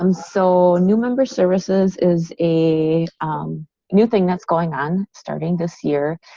um so new member services is a new thing that's going on starting this year,